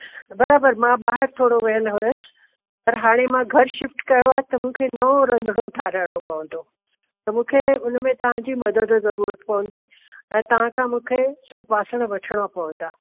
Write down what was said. बराबरि मां ॿाहिरि थोरो वियलु हुयसि पर हाणे मां घरु शिफ्ट कयो आहे त मूंखे नओं रंधिणो ठहिराइणो पवंदो त मूंखे उन में तव्हां जी मदद ज़रूरत पवंदी ऐं तव्हां खां मूंखे सभु बासण वठिणा पवंदा